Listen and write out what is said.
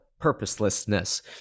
purposelessness